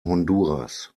honduras